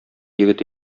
егет